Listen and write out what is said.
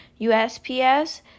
USPS